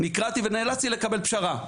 נקרעתי ונאלצתי לקבל פשרה.